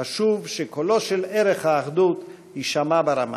חשוב שקולו של ערך האחדות יישמע ברמה.